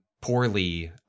poorly